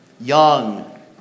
young